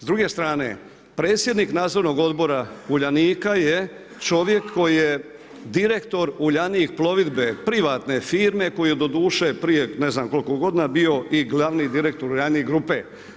S druge strane, predsjednik nadzornog odbora Uljanika je čovjek koji je direktor Uljanik plovidbe privatne firme, koju je doduše prije ne znam koliko godina bio i glavni direktor Uljanik grupe.